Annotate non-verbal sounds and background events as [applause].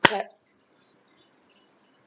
clap [noise]